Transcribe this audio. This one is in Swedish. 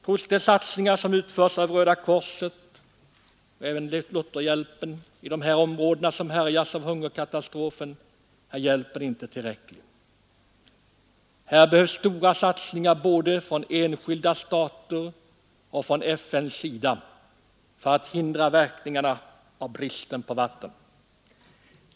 Trots de satsningar som utförts av Röda korset och även av Lutherhjälpen i de områden som härjas av hungerkatastrofen är hjälpen inte tillräcklig. Här behövs stora satsningar både av enskilda stater och av FN för att hindra verkningarna av bristen på vatten.